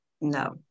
no